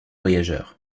voyageur